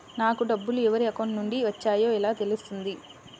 నాకు డబ్బులు ఎవరి అకౌంట్ నుండి వచ్చాయో ఎలా తెలుస్తుంది?